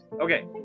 Okay